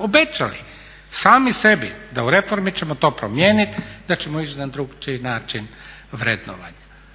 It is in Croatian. obećali sami sebi da u reformi ćemo to promijeniti, da ćemo ići na drukčiji način vrednovanja